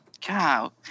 cow